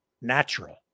natural